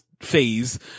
phase